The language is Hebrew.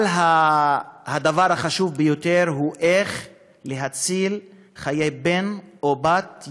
אבל הדבר החשוב ביותר הוא איך להציל חיי בן או בת,